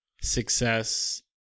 success